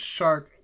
Shark